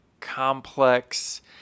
complex